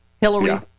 Hillary